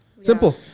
simple